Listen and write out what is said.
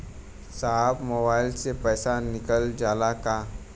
साहब मोबाइल से पैसा निकल जाला का?